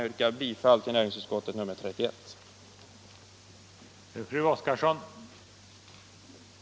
Jag yrkar bifall till näringsutskottets hemställan i betänkandet nr 31.